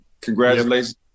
Congratulations